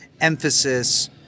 emphasis